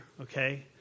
okay